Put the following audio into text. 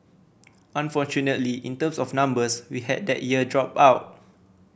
unfortunately in terms of numbers we had that year drop out